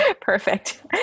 Perfect